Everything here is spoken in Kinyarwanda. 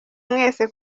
mwese